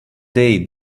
day